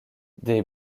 des